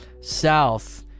south